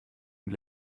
und